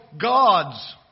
gods